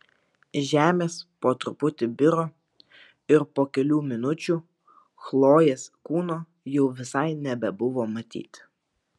žemės po truputį biro ir po kelių minučių chlojės kūno jau visai nebebuvo matyti